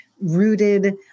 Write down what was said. rooted